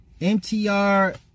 MTR